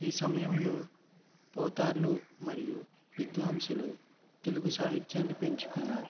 ఈ సమయంలో పోతర్లు మరియు విద్వాంసులు తెలుగు సాహిత్యాన్ని పెంచుకున్నారు